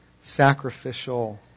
sacrificial